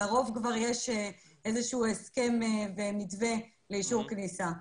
לרוב יש כבר איזשהו הסכם ומתווה לאישור כניסה.